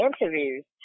interviews